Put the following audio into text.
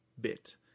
bit